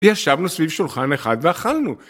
ישבנו סביב שולחן אחד ואכלנו.